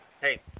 hey